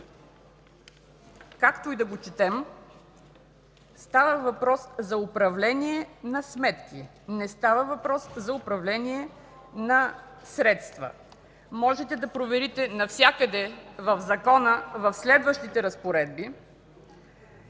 както и да го четем – става въпрос за управление на сметки, не става въпрос за управление на средства. Можете да проверите навсякъде в закона в следващите разпоредби